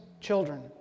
children